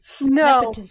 No